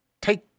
take